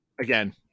again